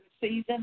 season